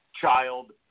child